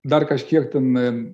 dar kažkiek ten